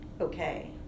okay